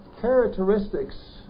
characteristics